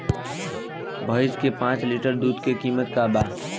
भईस के पांच लीटर दुध के कीमत का बा?